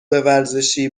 ورزشی